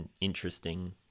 interesting